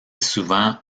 souvent